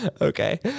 Okay